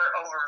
over